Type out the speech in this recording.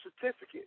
certificate